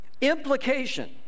Implication